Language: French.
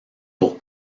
pour